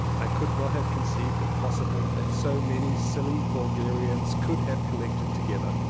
i could not have conceived it possible that so many silly vulgarians could have collected together!